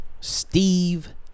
Steve